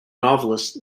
novelist